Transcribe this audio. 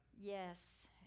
Yes